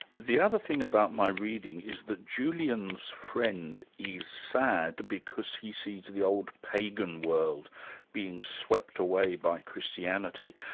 the other thing about my reading is that julian's friend is sad because he sees the old pagan world being swept away by christianity.